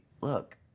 look